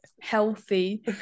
healthy